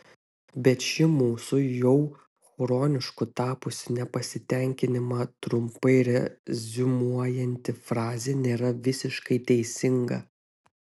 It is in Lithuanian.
bet ši mūsų jau chronišku tapusį nepasitenkinimą trumpai reziumuojanti frazė nėra visiškai teisinga